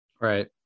Right